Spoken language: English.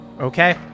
Okay